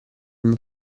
mio